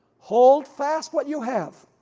hold fast what you have,